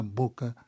boca